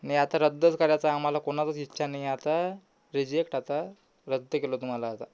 नाही आता रद्दच करायचं आहे आम्हाला कोणालाच इच्छा नाही आता रिजेक्ट आता रद्द केलं तुम्हाला आता